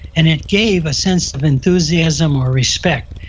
and it gave a sense of enthusiasm or respect.